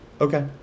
Okay